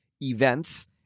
events